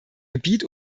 gebiet